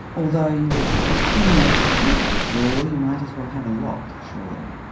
although you would assume that if you do have a door you might as well have a lock, surely?